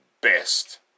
best